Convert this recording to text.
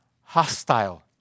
Hostile